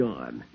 Gone